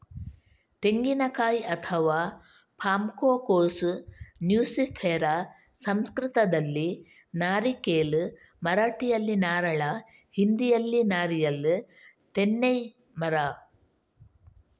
ತೆಂಗಿನಕಾಯಿ ಅಥವಾ ಪಾಮ್ಕೋಕೋಸ್ ನ್ಯೂಸಿಫೆರಾ ಸಂಸ್ಕೃತದಲ್ಲಿ ನಾರಿಕೇಲ್, ಮರಾಠಿಯಲ್ಲಿ ನಾರಳ, ಹಿಂದಿಯಲ್ಲಿ ನಾರಿಯಲ್ ತೆನ್ನೈ ಮರ